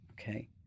okay